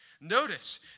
Notice